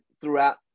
throughout